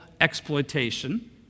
exploitation